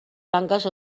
tanques